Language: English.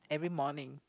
every morning